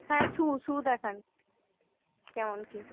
হ্যাঁ shoe shoe দেখান কেমন কি